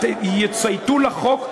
יצייתו לחוק.